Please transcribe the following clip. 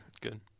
good